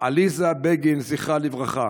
עליזה בגין, זיכרונה לברכה.